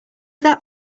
that